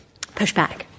pushback